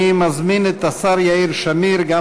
אני מזמין את השר יאיר שמיר למסור,